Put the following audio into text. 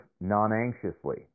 non-anxiously